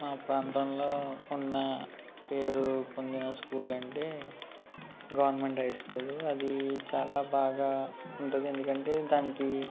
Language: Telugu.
మా ప్రాంతంలో ఉన్న పేరు పొందిన స్కూల్ అంటే గవర్నమెంట్ హై స్కూలు అది చాలా బాగా ఉంటుంది ఎందుకంటే దానికి